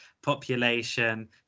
population